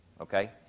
okay